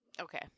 Okay